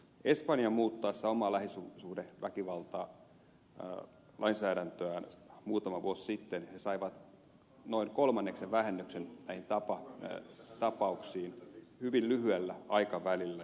espanjan muutettua omaa lähisuhdeväkivaltalainsäädäntöään muutama vuosi sitten siellä saatiin noin kolmanneksen vähennys näihin tapauksiin hyvin lyhyellä aikavälillä